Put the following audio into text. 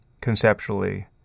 conceptually